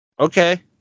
Okay